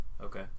Okay